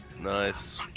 Nice